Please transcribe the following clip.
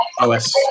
OS